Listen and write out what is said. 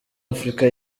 afurika